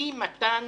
ואי מתן